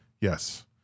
yes